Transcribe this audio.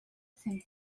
zen